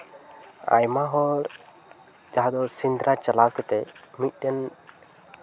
ᱟᱭᱢᱟ ᱦᱚᱲ ᱡᱟᱦᱟᱸ ᱫᱚ ᱥᱮᱸᱫᱽᱨᱟ ᱪᱟᱞᱟᱣ ᱠᱟᱛᱮᱫ ᱢᱤᱫᱴᱮᱱ